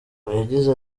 yagize